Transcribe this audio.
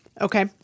Okay